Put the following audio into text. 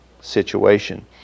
situation